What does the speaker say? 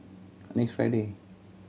next Friday